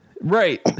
Right